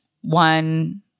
one